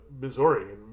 Missouri